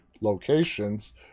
locations